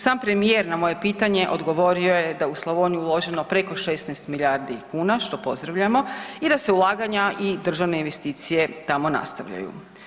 Sam premijer na moje pitanje odgovorio je da je u Slavoniju uloženo preko 16 milijardi kuna što pozdravljamo i da se ulaganja i državne investicije tamo nastavljaju.